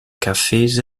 cafés